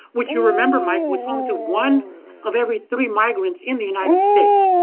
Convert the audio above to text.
which you remember like was home to one of every three migrants in the united states.